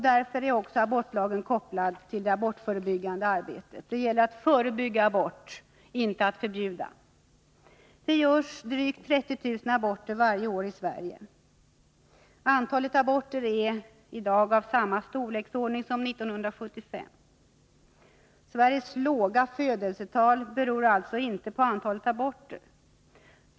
Därför är också abortlagen kopplad till det abortförebyggande arbetet. Det gäller att förebygga abort — inte att förbjuda. Det görs varje år drygt 30 000 aborter i Sverige. Antalet aborter är i dag av samma storleksordning som 1975. Sveriges låga födelsetal beror alltså inte på antalet aborter.